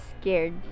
scared